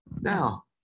Now